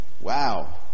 Wow